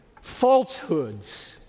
falsehoods